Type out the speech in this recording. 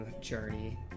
journey